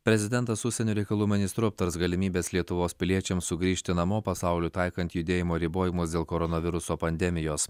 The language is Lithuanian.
prezidentas su užsienio reikalų ministru aptars galimybes lietuvos piliečiams sugrįžti namo pasaulio taikant judėjimo ribojimus dėl koronaviruso pandemijos